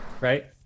Right